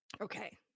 Okay